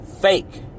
fake